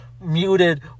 muted